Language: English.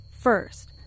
First